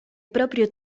proprio